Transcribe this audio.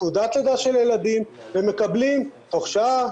תעודת לידה של הילדים ומקבלים תוך שעה,